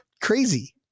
crazy